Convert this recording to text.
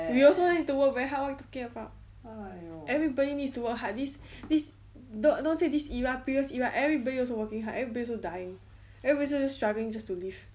we also need to work very hard [what] you talking about everybody needs to work hard this this don't say this era periods era everybody also working hard everybody also dying everybody also struggling just to live